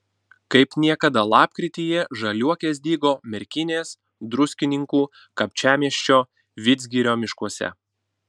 kaip niekada lapkrityje žaliuokės dygo merkinės druskininkų kapčiamiesčio vidzgirio miškuose